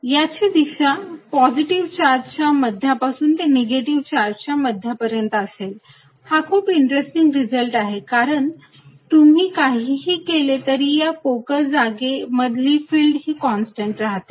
आणि याची दिशा पॉझिटिव्ह चार्जच्या मध्यापासून ते निगेटिव्ह चार्जच्या मध्यापर्यंत असेल हा खूप इंटरेस्टिंग रिझल्ट आहे कारण तुम्ही काहीही केले तरी या पोकळ जागे मधली फिल्ड हि कॉन्स्टंट राहते